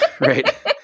Right